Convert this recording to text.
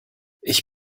ich